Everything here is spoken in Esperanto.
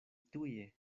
tuje